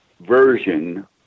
version